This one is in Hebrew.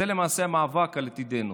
זה למעשה המאבק על עתידנו.